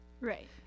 Right